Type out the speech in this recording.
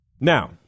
Now